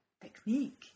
technique